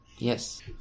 Yes